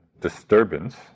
disturbance